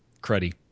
cruddy